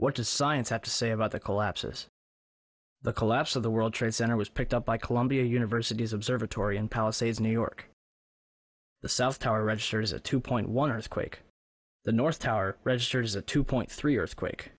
does science have to say about the collapses the collapse of the world trade center was picked up by columbia university's observatory in palisades new york the south tower registers a two point one earthquake the north tower registers a two point three earthquake